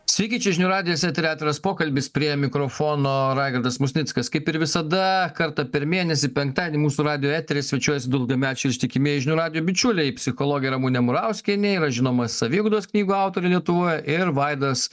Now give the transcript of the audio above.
sveiki čia žinių radijas etery atviraspokalbis prie mikrofono raigardas musnickas kaip ir visada kartą per mėnesį penktadienį mūsų radijo eteryje svečiuojasi du ilgamečiai ištikimieji žinių radijo bičiuliai psichologė ramunė murauskienė yra žinoma saviugdos knygų autorė lietuvoje ir vaidas